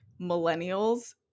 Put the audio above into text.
millennials